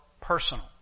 personal